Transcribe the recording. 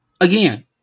Again